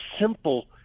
simple